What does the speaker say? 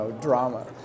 drama